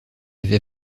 avait